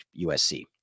USC